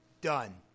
done